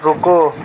رکو